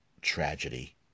tragedy